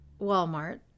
Walmart